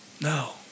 No